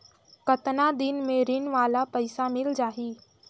कतना दिन मे ऋण वाला पइसा मिल जाहि?